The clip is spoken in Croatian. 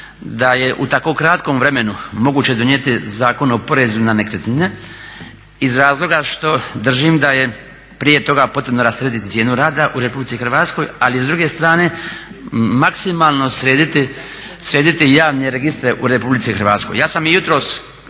da je u tako kratkom vremenu moguće donijeti Zakon o porezu na nekretnine iz razloga što držim da je prije toga potrebno rasteretiti cijenu rada u Republici Hrvatskoj, ali s druge strane maksimalno srediti javne registre u Republici Hrvatskoj. Ja sam i jutros